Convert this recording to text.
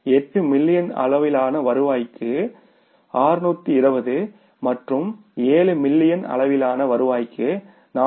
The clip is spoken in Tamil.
8 மில்லியன் அளவிலான வருவாய்க்கு 620 மற்றும் 7 மில்லியன் அளவிலான வருவாய்க்கு 420